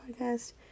podcast